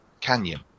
Canyon